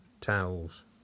towels